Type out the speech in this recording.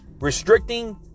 Restricting